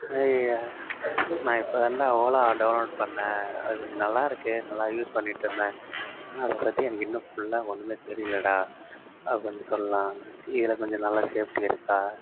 நா இப்போ தான்டா ஓலா டௌன்லோட் பண்ணிணேன் அது கொஞ்சம் நல்லாயிருக்கு நல்லா யூஸ் பண்ணிகிட்ருந்தேன் இன்னும் அதை பற்றி எனக்கு இன்னும் ஃபுல்லாக ஒன்றுமே தெரியிலைடா அது கொஞ்சம் சொல்லேன் இதில் கொஞ்சம் நல்லா சேஃப்டி இருக்கா